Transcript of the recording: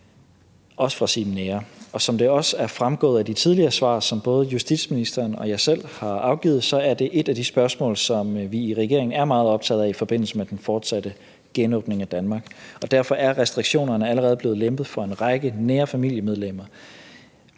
også fra sine nære. Og som det også er fremgået af de tidligere svar, som både justitsministeren og jeg selv har afgivet, så er det et af de spørgsmål, som vi i regeringen er meget optaget af i forbindelse med den fortsatte genåbning af Danmark. Derfor er restriktionerne allerede blevet lempet for en række nære familiemedlemmer.